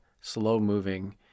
slow-moving